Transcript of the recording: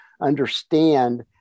understand